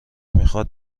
میخواد